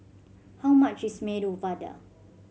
how much is Medu Vada